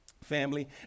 family